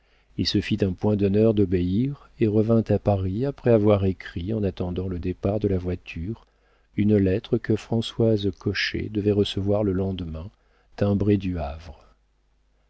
il se fit un point d'honneur d'obéir et revint à paris après avoir écrit en attendant le départ de la voiture une lettre que françoise cochet devait recevoir le lendemain timbrée du havre